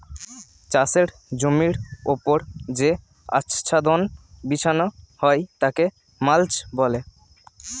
চাষের জমির ওপর যে আচ্ছাদন বিছানো হয় তাকে মাল্চ বলে